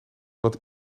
want